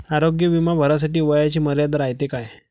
आरोग्य बिमा भरासाठी वयाची मर्यादा रायते काय?